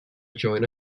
join